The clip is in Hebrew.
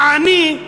העני,